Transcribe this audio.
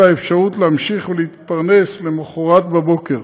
אלא אפשרות להמשיך ולהתפרנס למוחרת בבוקר.